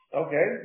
okay